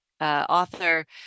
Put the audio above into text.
author